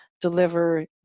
deliver